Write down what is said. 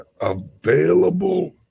available